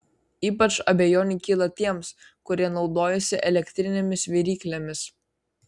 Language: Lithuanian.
ypač abejonių kyla tiems kurie naudojasi elektrinėmis viryklėmis